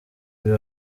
ibi